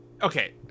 Okay